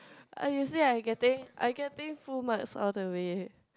I usually I getting I getting full marks all the way eh